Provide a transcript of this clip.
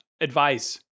advice